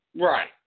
Right